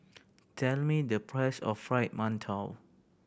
tell me the price of Fried Mantou